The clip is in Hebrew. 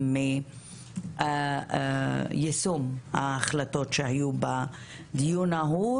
עם יישום ההחלטות שהיו בדיון ההוא,